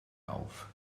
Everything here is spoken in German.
auf